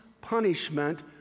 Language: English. punishment